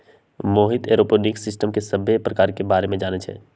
Mohit aeroponics system के सभ्भे परकार के बारे मे जानई छई